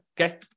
Okay